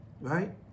right